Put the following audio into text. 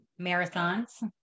Marathons